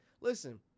Listen